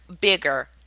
bigger